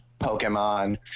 Pokemon